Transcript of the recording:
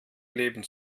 leben